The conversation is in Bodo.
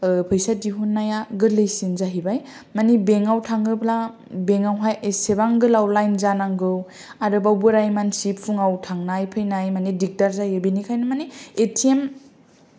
फैसा दिदुननाया गोरलैसिन जाहैबाय मानि बेंकयाव थाङोब्ला बेंकयाव हाय एसेबां गोलाव लायन जानांगौ आरो बाव बोराय मानसि फुङाव थांनाय फैनाय मानि दिगदार जायो बेनिखायनो मानि एथिएम